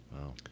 Wow